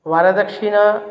वरदक्षिणा